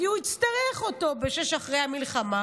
כי הוא יצטרך אותו בשש אחרי המלחמה,